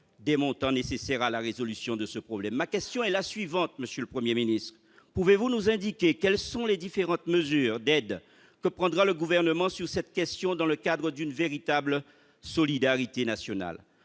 des montants nécessaires à la résolution de ce problème. Ma question sera donc la suivante : pouvez-vous nous indiquer quelles sont les différentes mesures d'aide que prendra le Gouvernement sur cette question, dans le cadre d'une véritable solidarité nationale ?